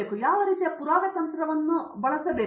ನಾನು ಯಾವ ರೀತಿಯ ಪುರಾವೆ ತಂತ್ರವನ್ನು ಬಳಸಬೇಕು